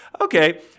okay